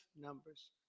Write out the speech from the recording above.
numbers